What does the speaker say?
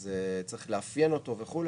אז צריך לאפיין אותו וכו',